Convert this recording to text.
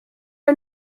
are